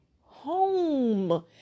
home